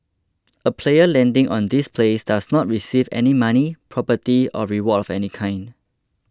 a player landing on this place does not receive any money property or reward of any kind